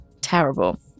Terrible